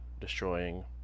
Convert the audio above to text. destroying